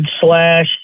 slash